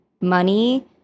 money